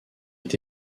est